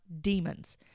demons